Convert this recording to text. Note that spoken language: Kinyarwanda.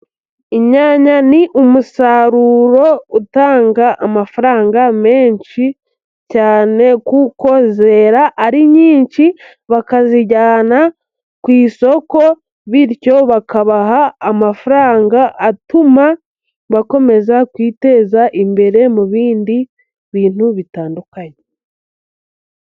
Inyanya ni umusaruro utanga amafaranga menshi cyane gu kuko zera ari nyinshi bakazijyana ku isoko, bityo bakabaha amafaranga atuma bakomeza kwiteza imbere mu bindi bintu bitandukanye.